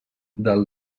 del